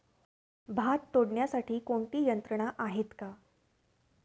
भात तोडण्यासाठी कोणती यंत्रणा आहेत का?